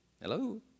Hello